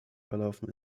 verlaufen